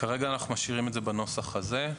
כרגע אנחנו משאירים את זה בנוסח הזה,